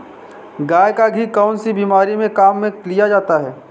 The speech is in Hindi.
गाय का घी कौनसी बीमारी में काम में लिया जाता है?